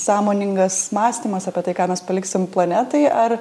sąmoningas mąstymas apie tai ką mes paliksim planetai ar